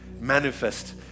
manifest